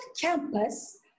campus